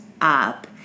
up